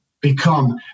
become